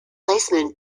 placement